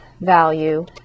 value